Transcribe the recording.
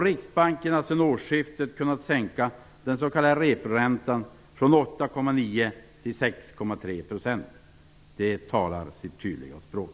Riksbanken har sedan årsskiftet sänkt den s.k. reporäntan från 8,9 % till 6,3 %. Det talar sitt tydliga språk.